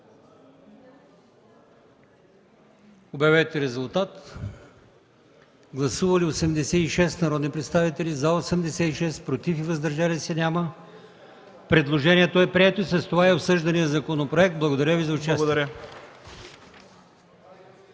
става § 13. Гласували 86 народни представители: за 86, против и въздържали се няма. Предложението е прието, с това – и обсъжданият законопроект. Благодаря Ви за участието.